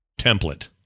template